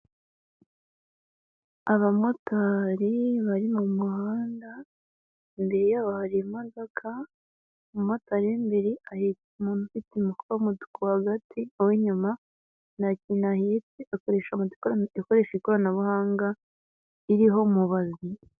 Abamotari bari mu muhanda, imbere yabo hari imodoka, umumotari w'imbere ahetse umuntu ufie umufuka w'umutuku hagati, uw'inyuma ntakintu ahitse akoreshako moto ikoresha ikoranabuhanga, iriho mubazi.